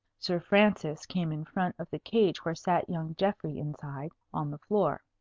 sir francis came in front of the cage where sat young geoffrey inside, on the floor.